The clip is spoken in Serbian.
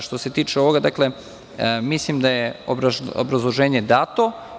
Što se tiče ovoga, mislim da je obrazloženje dato.